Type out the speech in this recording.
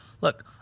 look